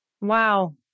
Wow